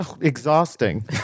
exhausting